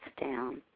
down